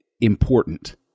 important